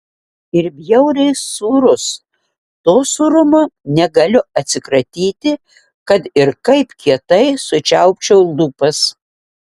ir bjauriai sūrus to sūrumo negaliu atsikratyti kad ir kaip kietai sučiaupčiau lūpas